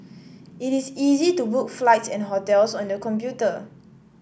it is easy to book flights and hotels on the computer